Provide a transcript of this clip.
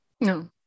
No